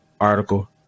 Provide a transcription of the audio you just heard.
article